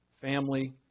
family